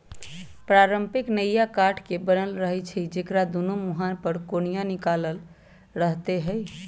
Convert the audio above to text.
पारंपरिक नइया काठ के बनल रहै छइ जेकरा दुनो मूहान पर कोनिया निकालल रहैत हइ